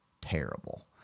terrible